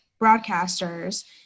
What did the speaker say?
broadcasters